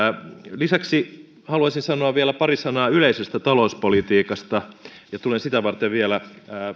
lisäksi haluaisin sanoa vielä pari sanaa yleisestä talouspolitiikasta ja tulen sitä varten vielä